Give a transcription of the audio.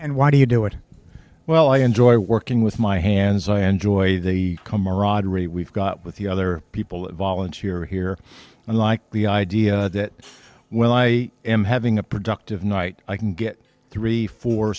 and why do you do it well i enjoy working with my hands i enjoy the camaraderie we've got with the other people volunteer here and like the idea that when i am having a productive night i can get three four